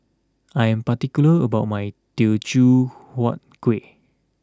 I am particular about my Teochew Huat Kuih